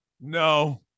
No